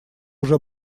уже